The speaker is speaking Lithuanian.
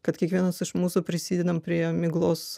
kad kiekvienas iš mūsų prisidedam prie miglos